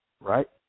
right